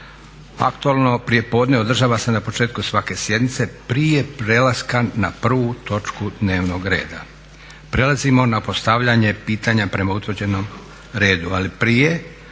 Aktualno prijepodne održava se na početku svake sjednice prije prelaska na prvu točku dnevnog reda.